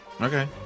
Okay